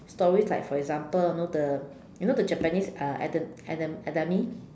stories like for like example you know the you know the Japanese uh Edam~ Edam~ Edamame